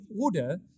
order